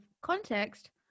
context